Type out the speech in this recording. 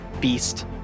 beast